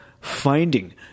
finding